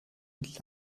mit